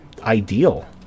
ideal